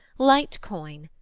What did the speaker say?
light coin,